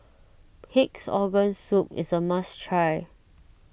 Pig's Organ Soup is a must try